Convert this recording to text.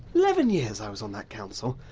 eleven years i was on that council,